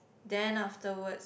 then afterwards